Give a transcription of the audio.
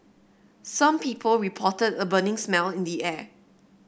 some people reported a burning smell in the air